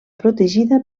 protegida